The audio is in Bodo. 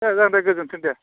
दे जागोन दे गोजोन्थों दे